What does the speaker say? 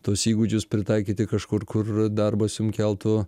tuos įgūdžius pritaikyti kažkur kur darbas jum keltų